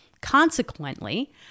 Consequently